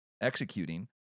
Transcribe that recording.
executing